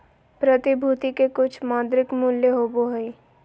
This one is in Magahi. प्रतिभूति के कुछ मौद्रिक मूल्य होबो हइ